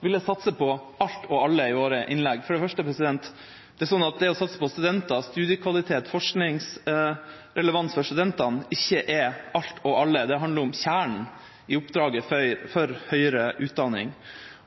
ville satse på alt og alle i våre innlegg. Det å satse på studenter og studiekvalitet og forskningsrelevans for studentene er ikke «alt og alle». Det handler om kjernen i oppdraget for høyere utdanning.